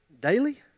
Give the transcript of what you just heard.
daily